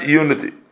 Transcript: unity